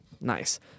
Nice